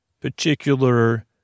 particular